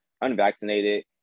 unvaccinated